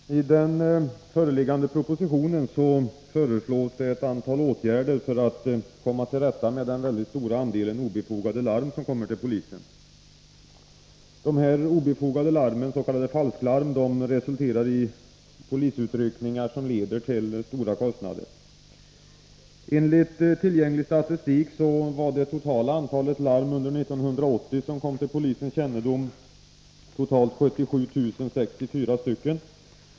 Herr talman! I den föreliggande propositionen föreslås ett antal åtgärder för att komma till rätta med den stora andelen obefogade larm till polisen. Dessa obefogade larm — s.k. falsklarm — resulterar i polisutryckningar som leder till stora kostnader. Enligt tillgänglig statistik var det totala antalet larm som under 1980 kom till polisens kännedom 77 064.